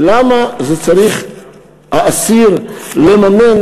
למה צריך האסיר לממן?